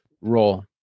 role